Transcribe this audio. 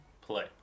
play